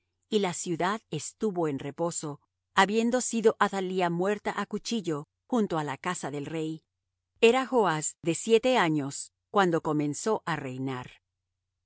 y la ciudad estuvo en reposo habiendo sido athalía muerta á cuchillo junto á la casa del rey era joas de siete años cuando comenzó á reinar